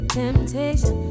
temptation